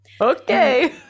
Okay